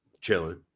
Chilling